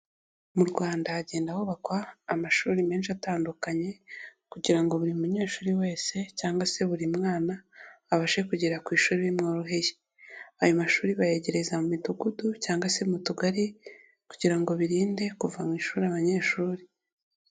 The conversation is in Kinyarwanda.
Mu Rwanda hagenda hubakwa amashuri menshi atandukanye kugira buri munyeshuri wese cyangwa se buri mwana abashe kugera ku ishuri bimworoheye, ayo mashuri bayegereza mu midugudu cyangwa se mu tugari kugira ngo birinde kuva mu ishuri abanyeshuri.